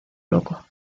loco